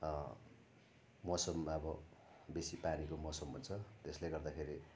मौसम अब बेसी पानीको मौसम हुन्छ त्यसले गर्दाखेरि